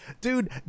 Dude